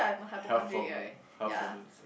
health problem health problems